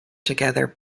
together